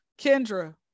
Kendra